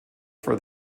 for